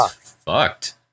fucked